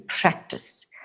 practice